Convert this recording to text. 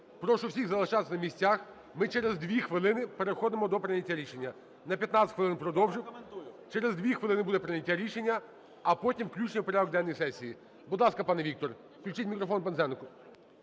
Прошу всіх залишатися на місцях. Ми через 2 хвилини переходимо до прийняття рішення. На 15 хвилин продовжив. Через 2 хвилини буде прийняття рішення. А потім включення в порядок денний сесії. Будь ласка, пане Віктор. Включіть мікрофон Пинзенику.